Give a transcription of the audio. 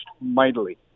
mightily